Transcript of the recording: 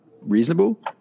reasonable